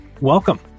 Welcome